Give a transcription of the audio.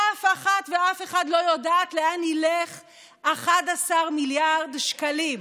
אף אחת ואף אחד לא יודעת לאן ילכו 11 מיליארד שקלים.